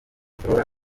flora